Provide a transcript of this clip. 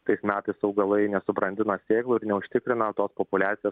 tais metais augalai nesubrandina sėklų ir neužtikrina tos populiacijos